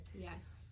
yes